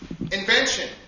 invention